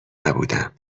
نبودم